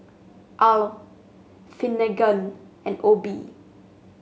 Al Finnegan and Obe